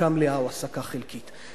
העסקה מלאה או העסקה חלקית?